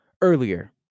earlier